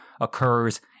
occurs